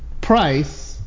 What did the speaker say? price